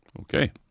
Okay